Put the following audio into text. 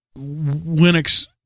Linux